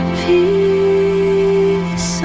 peace